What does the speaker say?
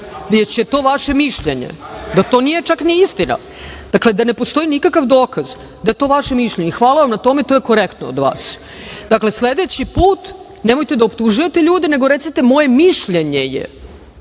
već je to vaše mišljenje. Dakle, da ne postoji nikakav dokaz, da je to vaše mišljenje. Hvala vam na tome, to je korektno od vas. Dakle, sledeći put nemojte da optužujete ljude, nego recite moje mišljenje je,